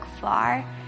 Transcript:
far